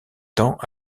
temps